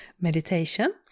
meditation